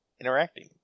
interacting